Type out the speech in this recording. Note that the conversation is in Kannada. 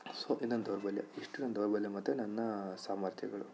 ಸೊ ಇದು ನನ್ನ ದೌರ್ಬಲ್ಯ ಇಷ್ಟು ನನ್ನ ದೌರ್ಬಲ್ಯ ಮತ್ತೆ ನನ್ನ ಸಾಮರ್ಥ್ಯಗಳು